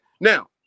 Now